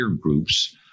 groups